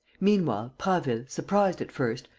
meanwhile, prasville, surprised at first,